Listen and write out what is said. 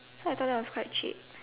so I thought that was quite cheap